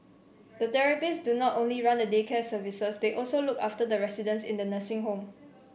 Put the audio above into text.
the therapists do not only run the day care services they also look after the residents in the nursing home